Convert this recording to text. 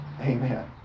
Amen